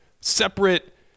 separate